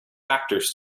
actors